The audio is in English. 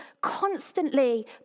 constantly